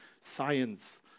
science